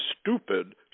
stupid